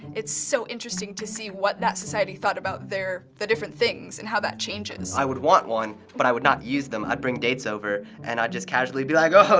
it's so interesting to see what that society thought about the different things and how that changes. i would want one, but i would not use them. i'd bring dates over, and i'd just casually be like, oh,